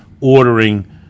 ordering